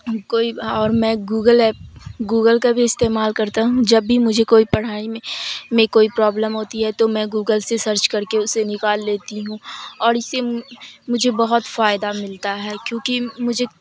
کوئی اور میں گوگل ایپ گوگل کا بھی استعمال کرتا ہوں جب بھی مجھے کوئی پڑھائی میں میں کوئی پرابلم ہوتی ہے تو میں گوگل سے سرچ کر کے اسے نکال لیتی ہوں اور اس سے مجھے بہت فائدہ ملتا ہے کیونکہ مجھے